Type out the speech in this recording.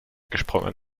gesprungen